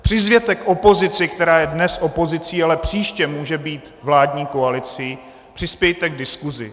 Přizvěte opozici, která je dnes opozicí, ale příště může být vládní koalicí, přispějte k diskuzi.